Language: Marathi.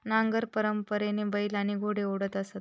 नांगर परंपरेने बैल आणि घोडे ओढत असत